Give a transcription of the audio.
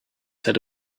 said